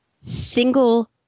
single